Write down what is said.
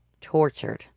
tortured